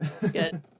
good